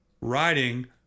riding